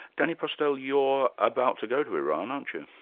danny postel, you're about to go to iran, aren't you?